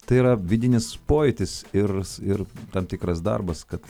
tai yra vidinis pojūtis ir ir tam tikras darbas kad